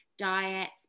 diets